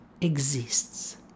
exists